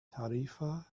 tarifa